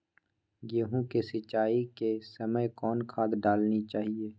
गेंहू के सिंचाई के समय कौन खाद डालनी चाइये?